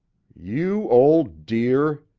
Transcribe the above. you old dear!